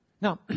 Now